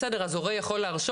בסדר אז הורה יכול להרשות,